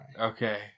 Okay